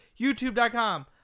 YouTube.com